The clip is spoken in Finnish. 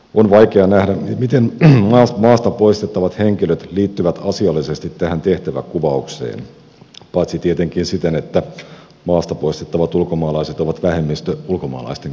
on vaikea nähdä miten maasta poistettavat henkilöt liittyvät asiallisesti tähän tehtäväkuvaukseen paitsi tietenkin siten että maasta poistettavat ulkomaalaiset ovat vähemmistö ulkomaalaisten keskuudessa